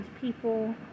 people